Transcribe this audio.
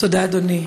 תודה, אדוני.